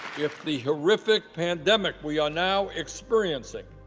if the horrific pandemic we are now experiencing,